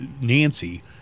Nancy